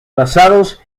basados